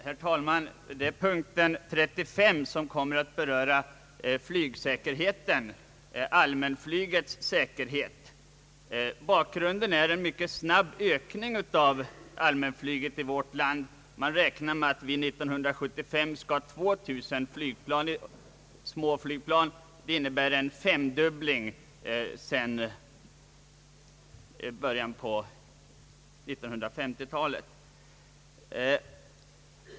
Herr talman! Under punkten 35 berörs allmänflygets säkerhet. Bakgrunden är en mycket snabb ökning av allmänflyget i vårt land. Man räknar med att det år 1975 skall finnas 2 000 småflygplan, vilket innebär en femdubbling på 15 år.